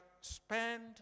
spend